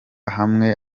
hamwe